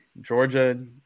Georgia